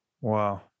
Wow